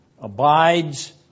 abides